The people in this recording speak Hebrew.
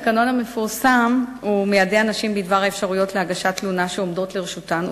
התקנון המפורסם מיידע נשים בדבר האפשרויות להגשת תלונה שעומדות לרשותן,